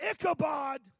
Ichabod